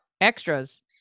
Extras